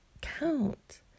count